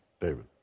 David